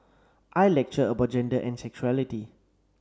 I lecture about gender and sexuality